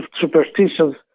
superstitions